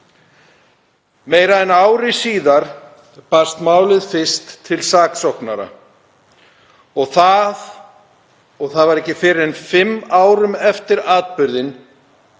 Meira en ári síðar barst málið fyrst til saksóknara og það var ekki fyrr en fimm árum eftir atburðinn